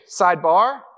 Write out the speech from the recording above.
sidebar